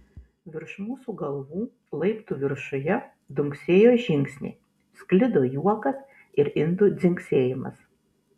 virš mūsų galvų laiptų viršuje dunksėjo žingsniai sklido juokas ir indų dzingsėjimas